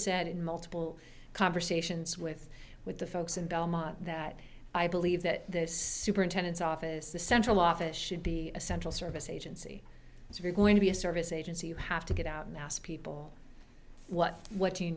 said in multiple conversations with with the folks in belmont that i believe that superintendent's office the central office should be a central service agency if you're going to be a service agency you have to get out and ask people what what you